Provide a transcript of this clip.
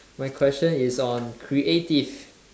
my question is on creative